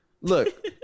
Look